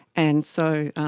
and so